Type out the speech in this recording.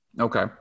okay